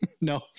no